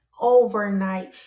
Overnight